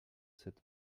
cette